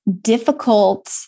difficult